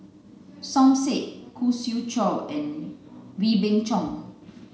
Som Said Khoo Swee Chiow and Wee Beng Chong